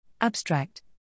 Abstract